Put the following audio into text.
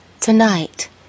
Tonight